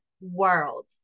world